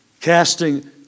casting